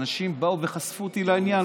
אנשים באו וחשפו את העניין.